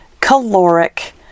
caloric